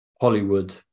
Hollywood